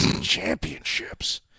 championships